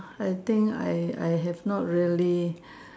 I think I I have not really